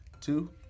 two